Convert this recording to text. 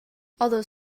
although